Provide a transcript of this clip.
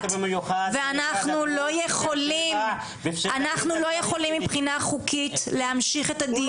ואנחנו לא יכולים מבחינה חוקית להמשיך את הדיון כאן.